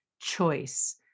choice